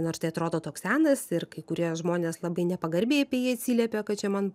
nors tai atrodo toks senas ir kai kurie žmonės labai nepagarbiai apie jį atsiliepia kad čia man